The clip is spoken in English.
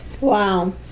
Wow